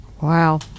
Wow